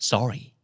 Sorry